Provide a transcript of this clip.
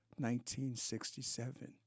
1967